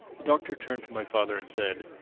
the doctor turned to my father and said,